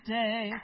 day